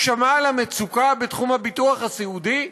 הוא שמע על המצוקה בתחום הביטוח הסיעודי?